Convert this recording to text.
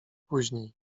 później